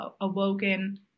awoken